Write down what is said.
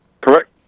Correct